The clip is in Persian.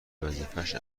وظیفهش